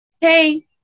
hey